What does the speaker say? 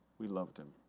we loved him.